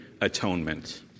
atonement